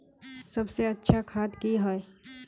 सबसे अच्छा खाद की होय?